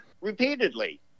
repeatedly